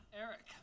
Eric